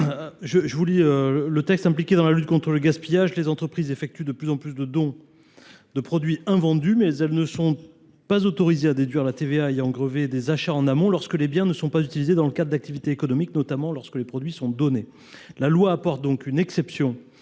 Nathalie Delattre. Impliquées dans la lutte contre le gaspillage, les entreprises effectuent de plus en plus de dons de produits invendus. Mais elles ne sont pas autorisées à déduire la TVA ayant grevé des achats en amont lorsque ces biens ne sont pas utilisés dans le cadre d’activités économiques, notamment lorsque les produits sont donnés. Une exception